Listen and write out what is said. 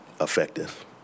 effective